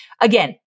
Again